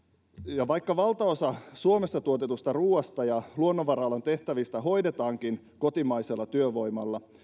ja vaikka valtaosa suomessa tuotetusta ruoasta ja luonnonvara alan tehtävistä hoidetaankin kotimaisella työvoimalla